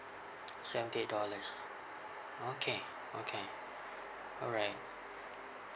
seventy eight dollars okay okay alright